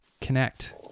connect